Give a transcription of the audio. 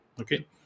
Okay